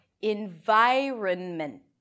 environment